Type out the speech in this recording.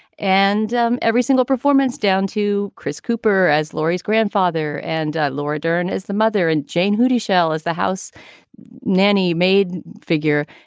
and um every single performance down to chris cooper as laurie's grandfather and laura dern as the mother and jayne houdyshell as the house nanny maid figure,